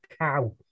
Cow